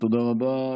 תודה רבה.